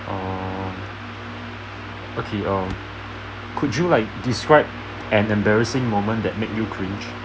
err okay um could you like describe an embarrassing moment that make you cringe